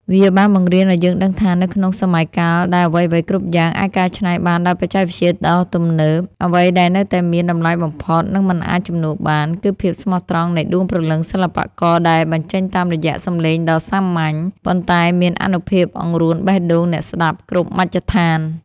វាបានបង្រៀនឱ្យយើងដឹងថា នៅក្នុងសម័យកាលដែលអ្វីៗគ្រប់យ៉ាងអាចកែច្នៃបានដោយបច្ចេកវិទ្យាដ៏ទំនើប អ្វីដែលនៅតែមានតម្លៃបំផុត និងមិនអាចជំនួសបាន គឺភាពស្មោះត្រង់នៃដួងព្រលឹងសិល្បករដែលបញ្ចេញតាមរយៈសម្លេងដ៏សាមញ្ញ ប៉ុន្តែមានអានុភាពអង្រួនបេះដូងអ្នកស្ដាប់គ្រប់មជ្ឈដ្ឋាន។